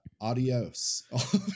Adios